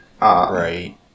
Right